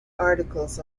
articles